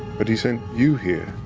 but he sent you here.